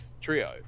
Trio